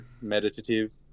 meditative